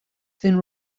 thin